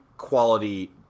quality